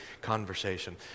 conversation